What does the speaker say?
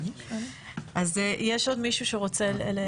יש עוד מישהו שרוצה לדבר?